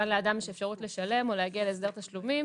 כאן לאדם יש אפשרות לשלם או להגיע להסדר תשלומים,